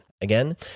Again